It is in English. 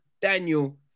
Daniel